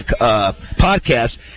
podcast